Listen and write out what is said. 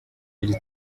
iri